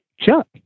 Chuck